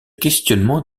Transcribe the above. questionnement